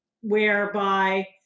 whereby